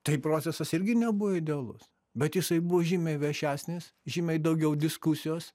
tai procesas irgi nebuvo idealus bet jisai buvo žymiai viešesnis žymiai daugiau diskusijos